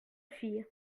fille